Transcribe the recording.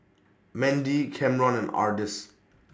Mendy Camron and Ardis